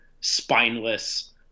spineless